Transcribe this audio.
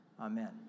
Amen